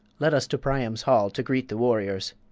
let us to priam's hall to greet the warriors.